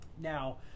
Now